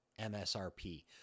MSRP